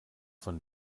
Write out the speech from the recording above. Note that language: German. von